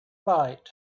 bite